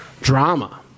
drama